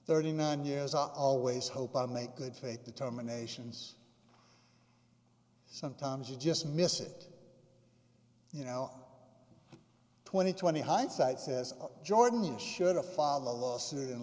thirty nine years i always hope i make good faith determinations sometimes you just miss it you know twenty twenty hindsight says jordan you should a file the lawsuit in